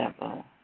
level